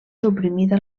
suprimida